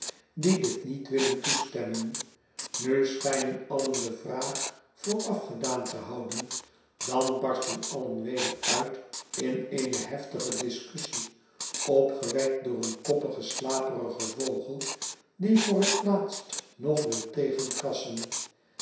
die dit niet willen toestemmen nu schijnen allen de vraag voor afgedaan te houden dan barsten allen weder uit in eene heftige discussie opgewekt door een koppigen slaperigen vogel die voor het laatst nog wil tegenkrassen